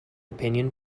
opinion